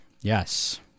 Yes